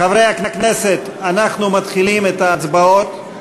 חברי הכנסת, אנחנו מתחילים את ההצבעות,